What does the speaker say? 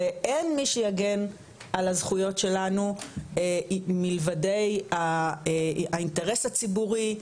ואין מי שיגן על הזכויות שלנו מלבדי האינטרס הציבורי,